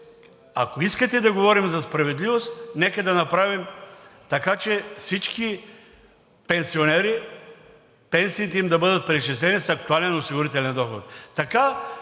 ако искате да говорим за справедливост, нека да направим така, че на всички пенсионери пенсиите им да бъдат преизчислени с актуален осигурителен доход.